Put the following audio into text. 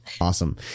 Awesome